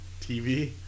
TV